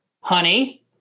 honey